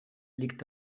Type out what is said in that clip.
liegt